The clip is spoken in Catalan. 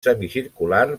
semicircular